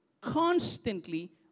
constantly